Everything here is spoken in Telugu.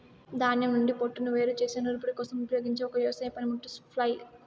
ధాన్యం నుండి పోట్టును వేరు చేసే నూర్పిడి కోసం ఉపయోగించే ఒక వ్యవసాయ పనిముట్టు ఫ్లైల్